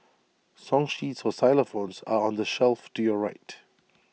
song sheets for xylophones are on the shelf to your right